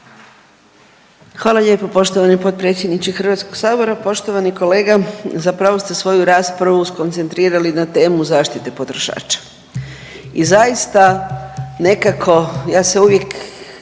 Hvala lijepo poštovani potpredsjedniče HS-a, poštovani kolega. Zapravo ste svoju raspravu skoncentrirali na temu zaštite potrošača i zaista nekako, ja se uvijek